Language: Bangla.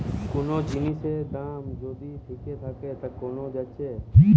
কুনো জিনিসের দাম যদি থিকে থিকে কোমে যাচ্ছে